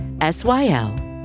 S-Y-L